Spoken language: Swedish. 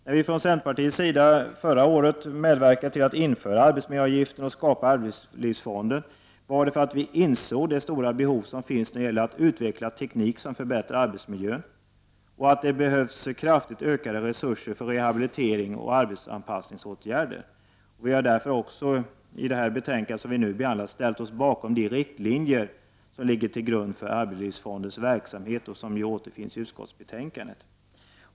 När vi från centerpartiets sida förra året medverkade till att införa arbetsmiljöavgiften och skapa arbetslivsfonden var det för att vi insåg det stora behov som finns när det gäller att utveckla teknik som förbättrar arbetsmiljön samt att det behövs kraftigt ökade resurser för rehabilitering och arbetsanpassningsåtgärder. Vi har därför också i det betänkande vi nu behandlar ställt oss bakom de riktlinjer som ligger till grund för arbetslivsfondens verksamhet, vilka återfinns i betänkandet.